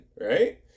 right